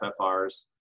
FFRs